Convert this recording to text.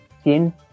skin